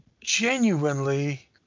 genuinely